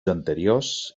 anteriors